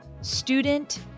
Student